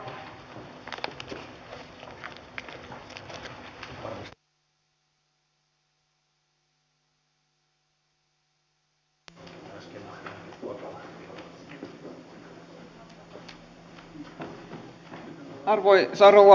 arvoisa rouva puhemies